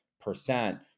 percent